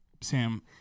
Sam